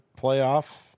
playoff